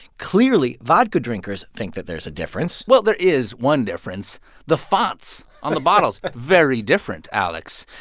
clearly, vodka drinkers think that there's a difference well, there is one difference the fonts on the bottles very different, alex.